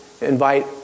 invite